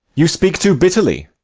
you speak too bitterly.